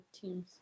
teams